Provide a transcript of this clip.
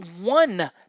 one